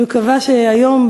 אני מקווה שהיום,